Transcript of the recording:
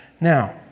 Now